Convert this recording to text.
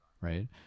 right